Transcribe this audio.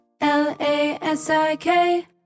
L-A-S-I-K